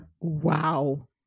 Wow